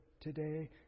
today